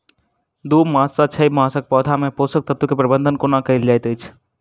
दू मास सँ छै मासक पौधा मे पोसक तत्त्व केँ प्रबंधन कोना कएल जाइत अछि?